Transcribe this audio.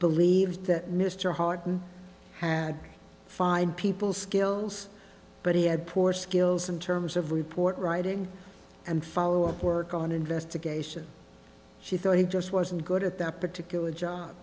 believed that mr harton had fine people skills but he had poor skills in terms of report writing and followup work on investigation she thought he just wasn't good at that particular job